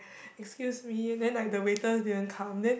excuse me and then like the waiter didn't come then